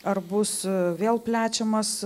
ar bus vėl plečiamas